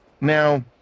Now